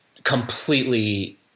completely